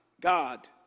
God